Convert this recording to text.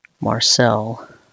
Marcel